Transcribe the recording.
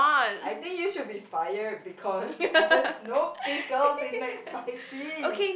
I think you should be fired because there's no pickles in McSpicy